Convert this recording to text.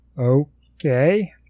Okay